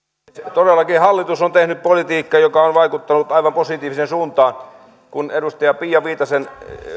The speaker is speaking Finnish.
todellakin hallitus on tehnyt politiikkaa joka on vaikuttanut aivan positiiviseen suuntaan kun edustaja pia viitasen